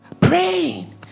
praying